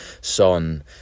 Son